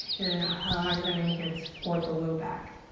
you're gonna hug them in here to support the low back.